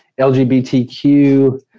LGBTQ